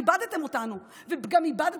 איבדתם אותנו וממילא